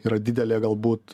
yra didelė galbūt